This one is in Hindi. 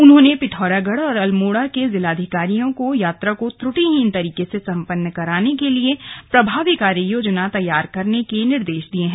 उन्होंने पिथौरागढ़ और अल्मोड़ा के जिलाधिकारियों को यात्रा को त्रुटिहीन तरीके से सम्पन्न कराने के लिए प्रभावी कार्य योजना तैयार करने के निर्देश दिये हैं